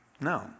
No